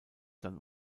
dann